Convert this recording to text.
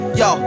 yo